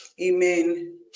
Amen